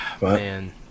Man